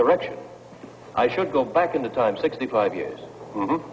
direction i should go back into time sixty five years